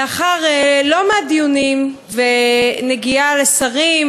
לאחר לא-מעט דיונים ונגיעה לשרים,